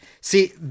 See